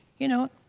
you know,